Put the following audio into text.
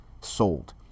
sold